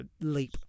leap